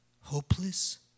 hopeless